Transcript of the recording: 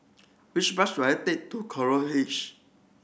which bus should I take to Coral Edge